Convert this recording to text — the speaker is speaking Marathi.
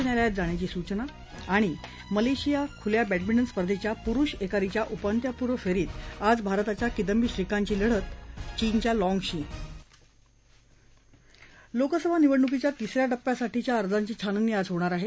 न्यायालयात जाण्याची सूचना मलेशिया खुल्या बॅडमिंटन स्पर्धेच्या पुरुष एकेरीच्या उपान्त्यपूर्व फेरीत आज भारताच्या किदंबी श्रीकांतची लढत चीनच्या लाँगशी लोकसभा निवडणुकीच्या तिसऱ्या टप्प्यासाठीच्या अर्जांची छाननी आज होणार आहे